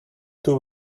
too